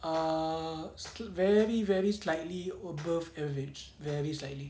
ah still very very slightly above average very slightly